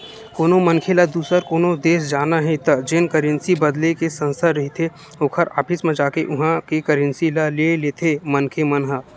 कोनो मनखे ल दुसर कोनो देस जाना हे त जेन करेंसी बदले के संस्था रहिथे ओखर ऑफिस म जाके उहाँ के करेंसी ल ले लेथे मनखे मन ह